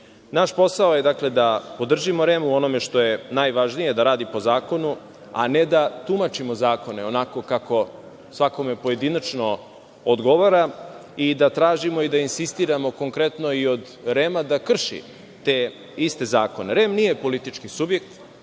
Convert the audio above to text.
je, dakle, da podržimo REM u onome što je najvažnije, da radi po zakonu, a ne da tumačimo zakone onako kako svakome pojedinačno odgovara i da tražimo i da insistiramo konkretno i od REM-a da krši te iste zakone. Regulatorno telo